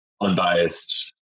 unbiased